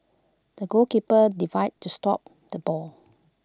the goalkeeper divide to stop the ball